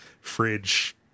Fridge